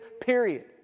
period